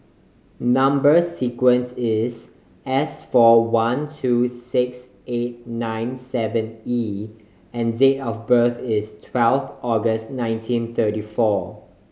number sequence is S four one two six eight nine seven E and date of birth is twelve August nineteen thirty four